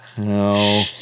No